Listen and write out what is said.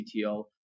CTO